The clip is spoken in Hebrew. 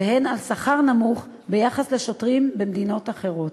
והן על שכר נמוך ביחס לשוטרים במדינות אחרות.